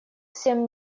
семь